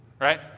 right